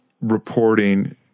reporting